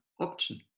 option